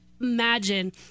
Imagine